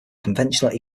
conventional